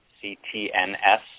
C-T-N-S